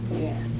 Yes